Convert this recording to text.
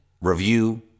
review